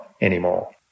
anymore